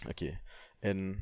okay and